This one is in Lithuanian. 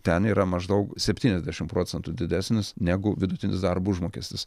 ten yra maždaug septyniasdešimt procentų didesnis negu vidutinis darbo užmokestis